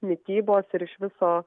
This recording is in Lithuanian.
mitybos ir iš viso